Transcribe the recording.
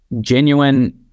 genuine